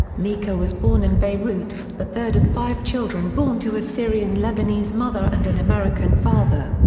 mika was born in beirut, the third of five children born to a syrian lebanese mother and an american father.